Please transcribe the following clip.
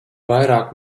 vairāk